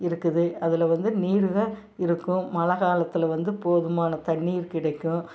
இருக்குது அதில் வந்து நீர் தான் இருக்கும் மழை காலத்தில் வந்து போதுமான தண்ணிர் கிடைக்கும்